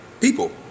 people